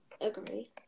agree